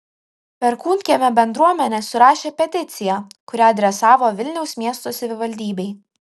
perkūnkiemio bendruomenė surašė peticiją kurią adresavo vilniaus miesto savivaldybei